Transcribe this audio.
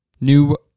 new